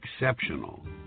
exceptional